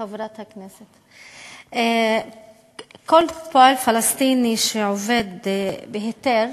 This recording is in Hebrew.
חברת הכנסת, כל פועל פלסטיני שעובד בהיתר,